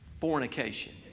fornication